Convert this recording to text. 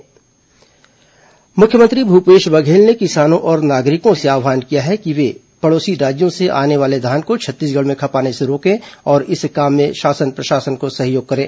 मुख्यमंत्री धान अपील मुख्यमंत्री भूपेश बघेल ने किसानों और नागरिकों से आव्हान किया है कि वे पड़ोसी राज्यों से आने वाले धान को छत्तीसगढ़ में खपाने से रोकें और इस काम में शासन प्रशासन को सहयोग करें